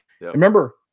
Remember –